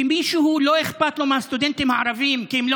שמישהו לא אכפת לו מהסטודנטים הערבים כי הם לא